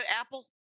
Apple